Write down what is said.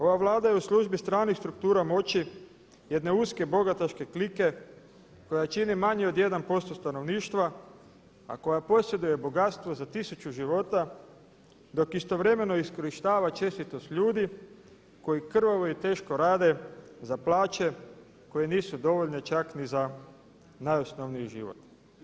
Ova Vlada je u službi stranih struktura moći jedne uske bogataške klike koja čini manje od 1% stanovništva a koja posjeduje bogatstvo za tisuću života dok istovremeno iskorištava čestitost ljudi koji krvavo i teško rade za plaće koje nisu dovoljne čak ni za najosnovniji život.